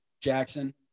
Jackson